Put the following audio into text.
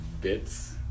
bits